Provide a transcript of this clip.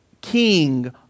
king